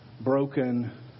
broken